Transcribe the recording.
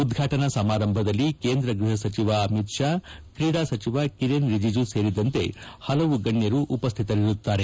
ಉದ್ಪಾಟನಾ ಸಮಾರಂಭದಲ್ಲಿ ಕೇಂದ್ರ ಗೃಹ ಸಚಿವ ಅಮಿತ್ ಶಾ ಕ್ರೀಡಾ ಸಚಿವ ಕಿರೆನ್ ರಿಜಿಜು ಸೇರಿದಂತೆ ಹಲವು ಗಣ್ಣರು ಉಪಸ್ಥಿತರಿರಲಿದ್ದಾರೆ